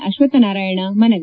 ಅಶ್ವಥನಾರಾಯಣ ಮನವಿ